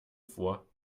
vor